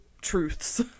truths